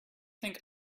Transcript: think